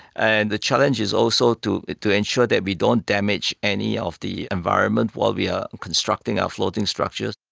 and the challenge is also to to ensure that we don't damage any of the environment while we are constructing our floating structures.